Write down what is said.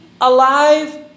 alive